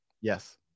Yes